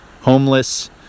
homeless